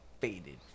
faded